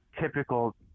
typical